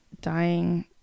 dying